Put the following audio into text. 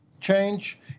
change